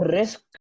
risk